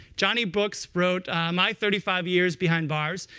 johnny brooks wrote my thirty five years behind bars.